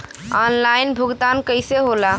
Online भुगतान कईसे होला?